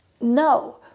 No